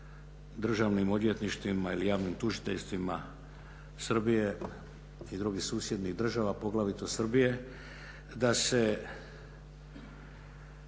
državnim odvjetništvima ili javnim tužiteljstvima Srbije i drugih susjednih država, poglavito Srbije, da se